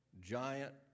giant